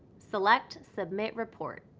select submit report.